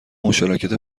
مشارکت